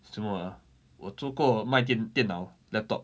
什么 ah 我做过卖电电脑 laptop